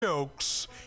Jokes